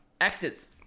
actors